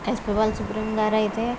yes P Bala Subrahmanyam garu అయితే